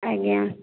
ଆଜ୍ଞା